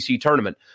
tournament